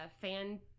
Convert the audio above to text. fan